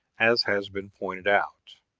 as has been pointed out.